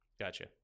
Gotcha